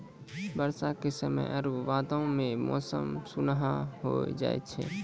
बरसा के समय आरु बादो मे मौसम सुहाना होय जाय छै